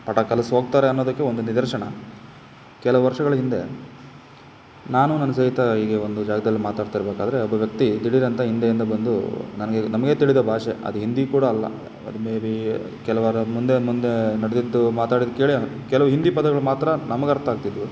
ಪಾಠ ಕಲ್ಸಿ ಹೋಗ್ತಾರೆ ಅನ್ನೋದಕ್ಕೆ ಒಂದು ನಿದರ್ಶನ ಕೆಲವು ವರ್ಷಗಳ ಹಿಂದೆ ನಾನು ನನ್ನ ಸ್ನೇಹಿತ ಹೀಗೇ ಒಂದು ಜಾಗ್ದಲ್ಲಿ ಮಾತಾಡ್ತಾ ಇರಬೇಕಾದ್ರೆ ಒಬ್ಬ ವ್ಯಕ್ತಿ ದಿಢೀರಂತ ಹಿಂದೆಯಿಂದ ಬಂದು ನನಗೆ ನಮಗೆ ತಿಳಿದ ಭಾಷೆ ಅದು ಹಿಂದಿ ಕೂಡ ಅಲ್ಲ ಅದು ಮೇಬಿ ಕೆಲವರ ಮುಂದೆ ಮುಂದೆ ನಡೆದಿದ್ದು ಮಾತಾಡಿದ್ದು ಕೇಳಿ ಕೆಲವು ಹಿಂದಿ ಪದಗಳು ಮಾತ್ರ ನಮಗೆ ಅರ್ಥ ಆಗ್ತಿದ್ವು